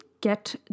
get